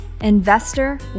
investor